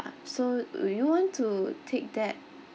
so would you want to take that